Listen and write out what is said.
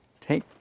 take